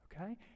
okay